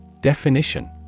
Definition